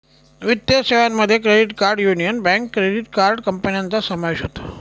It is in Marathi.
वित्तीय सेवांमध्ये credit card union bank credit card कंपन्यांचा समावेश होतो